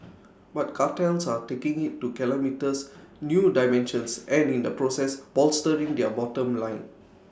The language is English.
but cartels are taking IT to kilometres new dimensions and in the process bolstering their bottom line